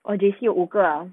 oh J_C 有五个了